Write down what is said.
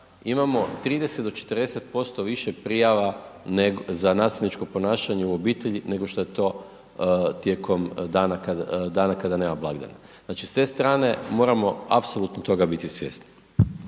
imamo 30 do 40% više prijava za nasilničko ponašanje u obitelji nego šta je to tijekom dana kad, dana kada nema blagdana, znači s te strane moramo apsolutno toga biti svjesni.